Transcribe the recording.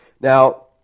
Now